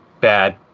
bad